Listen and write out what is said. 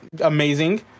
amazing